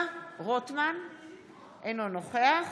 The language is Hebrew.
אינו נוכח